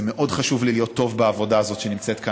זה מאוד חשוב לי להיות טוב בעבודה הזאת כאן.